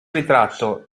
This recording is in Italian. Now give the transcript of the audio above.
ritratto